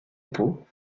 dépôts